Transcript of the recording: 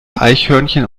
eichhörnchen